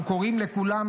אנו קוראים לכולם,